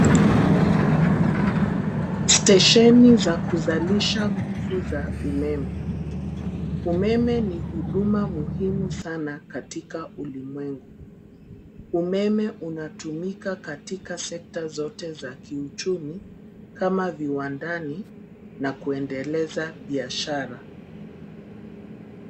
Stehesheni za kuzalisha nguvu za umeme. Umeme ni huduma muhimu sana ulimwengu. Umeme unatumika katika sekta zote za kiuchumi kama vile viwandani na kuendeleza biashara.